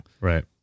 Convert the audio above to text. right